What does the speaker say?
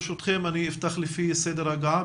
ברשותכם, אני אפתח לפי סדר ההגעה.